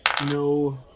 no